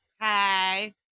Hi